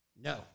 No